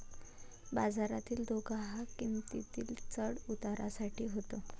बाजारातील धोका हा किंमतीतील चढ उतारामुळे होतो